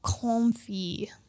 comfy